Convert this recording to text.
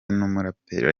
n’umuraperi